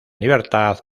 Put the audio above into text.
libertad